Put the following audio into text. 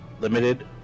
Limited